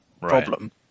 problem